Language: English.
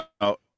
no